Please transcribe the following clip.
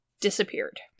disappeared